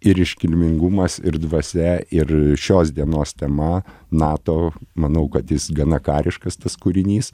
ir iškilmingumas ir dvasia ir šios dienos tema nato manau kad jis gana kariškas tas kūrinys